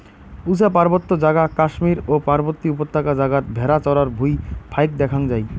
উচা পার্বত্য জাগা কাশ্মীর ও পার্বতী উপত্যকা জাগাত ভ্যাড়া চরার ভুঁই ফাইক দ্যাখ্যাং যাই